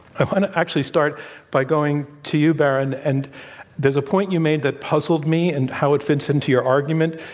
i want to actually start by going to you, berin, and there's a point you made that puzzled me and how it fits into your argument.